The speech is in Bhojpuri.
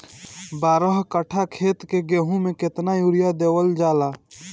बारह कट्ठा खेत के गेहूं में केतना यूरिया देवल जा?